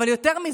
אבל יותר מזה,